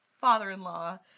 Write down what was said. father-in-law